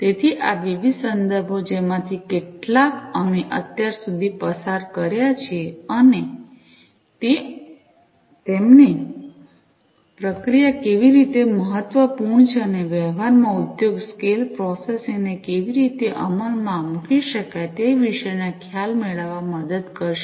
તેથી આ વિવિધ સંદર્ભો જેમાંથી કેટલાક અમે અત્યાર સુધી પસાર કર્યા છે તે તમને પ્રક્રિયા કેવી રીતે મહત્વપૂર્ણ છે અને વ્યવહારમાં ઉદ્યોગ સ્કેલ પ્રોસેસિંગ ને કેવી રીતે અમલમાં મૂકી શકાય તે વિશેનો ખ્યાલ મેળવવામાં મદદ કરશે